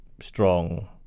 strong